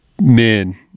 men